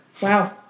Wow